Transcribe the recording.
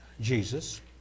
Jesus